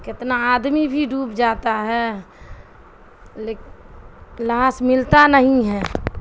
کتنا آدمی بھی ڈوب جاتا ہے ل لاس ملتا نہیں ہے